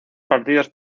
partidos